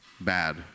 bad